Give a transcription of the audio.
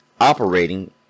operating